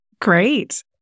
Great